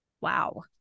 Wow